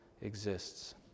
exists